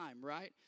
right